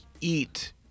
eat